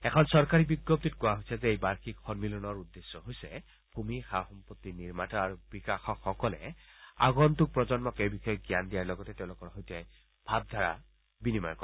এখন চৰকাৰী বিজণ্ডিত কোৱা হৈছে যে এই বাৰ্ষিকী সন্মিলনৰ উদ্দেশ্য হৈছে ভূমি সা সম্পতি নিৰ্মাতা আৰু বিকাশসকলে আগম্ভক প্ৰজন্মক এই বিষয়ে জ্ঞান দিয়াৰ লগতে তেওঁলোকৰ সৈতে ভাবধাৰা বিনিময় কৰিব